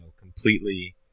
completely